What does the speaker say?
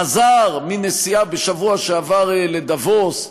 חזר מנסיעה בשבוע שעבר לדבוס.